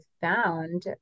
found